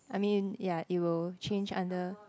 I mean yeah it will change under